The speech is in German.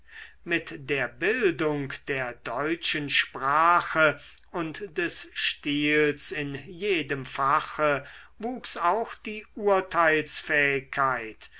mit der bildung der deutschen sprache und des stils in jedem fache wuchs auch die urteilsfähigkeit